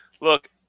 Look